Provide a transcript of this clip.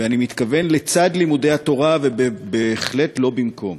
ואני מתכוון לצד לימודי התורה, ובהחלט לא במקום.